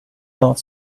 don’t